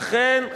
אכן,